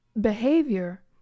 behavior